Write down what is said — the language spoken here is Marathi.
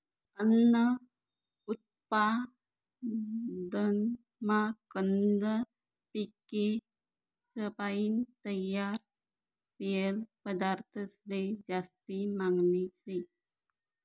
अन्न उत्पादनमा कंद पिकेसपायीन तयार व्हयेल पदार्थंसले जास्ती मागनी शे